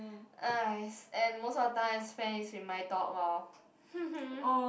and most of the time I spend is with my dog lor